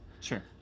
Sure